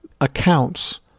accounts